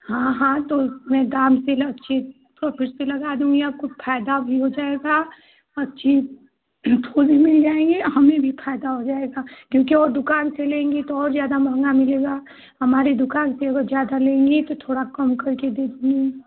हाँ हाँ तो उसमें दाम से लग के कुछ तो लगा दूँगी आपको फ़ायदा भी हो जाएगा और चीज़ फूल भी मिल जाएँगे नहीं नहीं फ़ायदा भी हो जाएगा क्योंकि वह दुकान से लेंगे तो और ज़्यादा महँगा मिलेगा हमारी दुकान से वह ज़्यादा लेंगे तो थोड़ा कम करके देते हैं